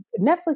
Netflix